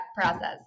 process